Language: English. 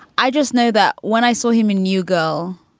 i just know that when i saw him, a new girl,